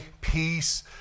peace